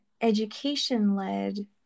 education-led